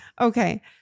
Okay